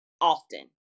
often